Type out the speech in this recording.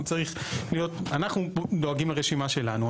הוא צריך להיות אנחנו דואגים לרשימה שלנו,